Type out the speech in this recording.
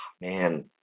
Man